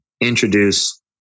introduce